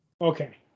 Okay